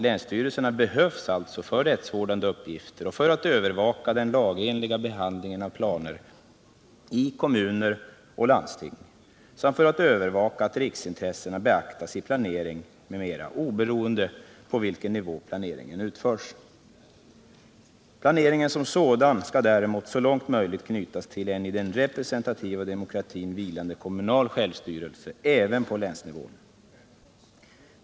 Länsstyrelserna behövs alltså för rättsvårdande uppgifter, för att övervaka den lagenliga behandlingen av planer i kommuner och landsting samt för att övervaka att riksintressena beaktas i planering m.m., oberoende av på vilken nivå planeringen utförs. Planeringen som sådan skall däremot så långt möjligt knytas till en i den representativa demokratin vilande kommunal självstyrelse även på länsnivån.